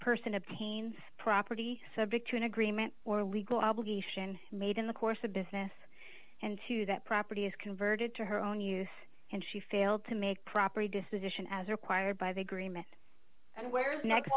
person obtains property subject to an agreement or legal obligation made in the course of business and two that property is converted to her own use and she failed to make property disposition as required by the agreement where the next